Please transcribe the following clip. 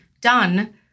done